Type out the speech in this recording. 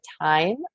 time